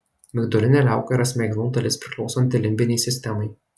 migdolinė liauka yra smegenų dalis priklausanti limbinei sistemai